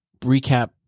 recap